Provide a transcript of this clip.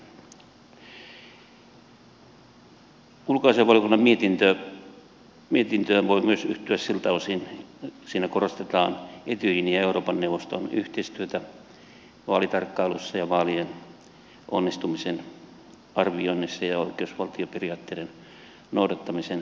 ulkoasiainvaliokunnan mietintöön voi yhtyä myös siltä osin että siinä korostetaan etyjin ja euroopan neuvoston yhteistyötä vaalitarkkailussa ja vaalien onnistumisen arvioinnissa ja oikeusvaltioperiaatteiden noudattamisen edistämisessä